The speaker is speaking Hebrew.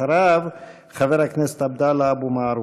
אחריו, חבר הכנסת עבדאללה אבו מערוף.